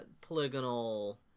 Polygonal